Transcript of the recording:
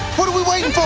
what are we waiting